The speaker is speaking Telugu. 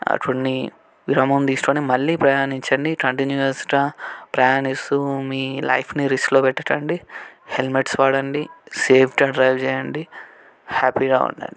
అటున్నీ విరామం తీసుకొని మళ్ళీ ప్రయాణించండి కంటిన్యూయేస్గా ప్రయాణిస్తూ మీ లైఫ్ని రిస్క్లో పెట్టకండి హెల్మెట్స్ వాడండి సేఫ్గా డ్రైవ్ చేయండి హ్యాపీగా ఉండండి